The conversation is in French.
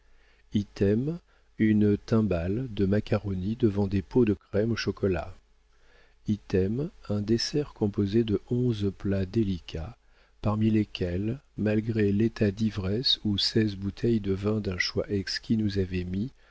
item une timbale de macaroni devant des pots de crème au chocolat item un dessert composé de onze plats délicats parmi lesquels malgré l'état d'ivresse où seize bouteilles de vins d'un choix exquis nous avaient mis